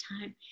time